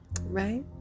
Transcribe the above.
right